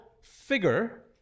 figure